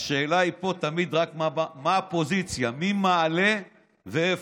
השאלה פה היא תמיד מה הפוזיציה, מי מעלה ואיפה.